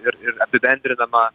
ir ir apibendrinama